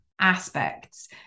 aspects